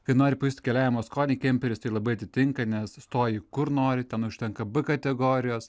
kai nori pajust keliavimo skonį kemperis tai labai atitinka nes stoji kur nori ten užtenka b kategorijos